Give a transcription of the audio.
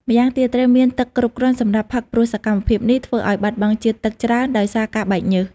ម្យ៉ាងទៀត ត្រូវមានទឹកគ្រប់គ្រាន់សម្រាប់ផឹកព្រោះសកម្មភាពនេះធ្វើឱ្យបាត់បង់ជាតិទឹកច្រើនដោយសារការបែកញើស។